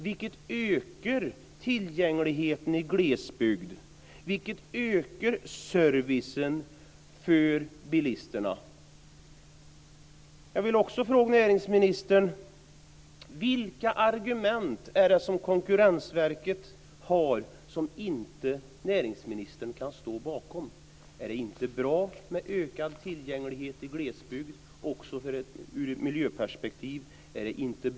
Det ökar tillgängligheten i glesbygd, ökar servicen för bilisterna. Jag vill också fråga näringsministern: Vilka argument är det som Konkurrensverket har som inte näringsministern kan stå bakom? Är det inte bra med ökad tillgänglighet i glesbygd, också ur ett miljöperspektiv?